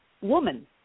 woman